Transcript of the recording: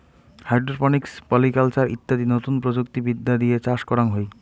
hydroponics, polyculture ইত্যাদি নতুন প্রযুক্তি বিদ্যা দিয়ে চাষ করাঙ হই